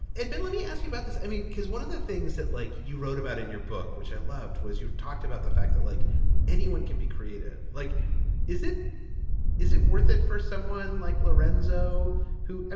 been let me ask you about this. i mean, cause one of the things that like you wrote about in your book, which i loved, was you've talked about the fact that like anyone can be creative, like is it is it worth it for someone like lorenzo who. i